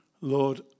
Lord